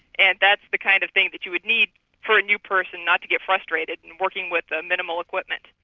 and that's the kind of thing that you would need for a new person not to get frustrated and working with the minimal equipment.